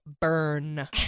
burn